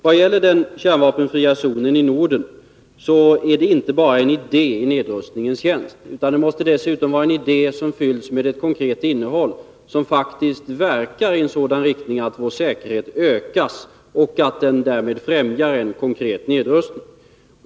Vad gäller den kärnvapenfria zonen i Norden är det inte endast en idé i nedrustningens tjänst, utan det måste vara en idé som fylls med ett konkret innehåll, som faktiskt verkar i en sådan riktning att vår säkerhet ökas och som därmed främjar en konkret nedrustning.